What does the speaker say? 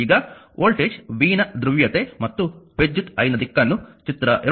ಈಗ voltage v ನ ಧ್ರುವೀಯತೆ ಮತ್ತು ವಿದ್ಯುತ್ i ನ ದಿಕ್ಕನ್ನು ಚಿತ್ರ 2